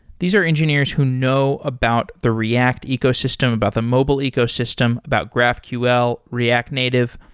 these are engineers who know about the react ecosystem, about the mobile ecosystem, about graphql, react native.